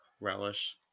relish